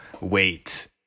wait